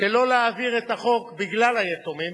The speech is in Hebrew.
שלא להעביר את החוק בגלל היתומים,